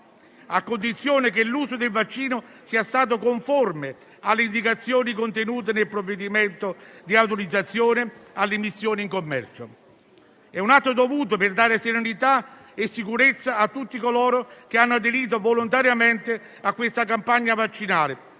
a condizione che l'uso del vaccino sia stato conforme alle indicazioni contenute nel provvedimento di autorizzazione all'immissione in commercio. È un atto dovuto per dare serenità e sicurezza a tutti coloro che hanno aderito volontariamente a questa campagna vaccinale,